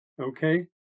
Okay